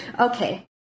Okay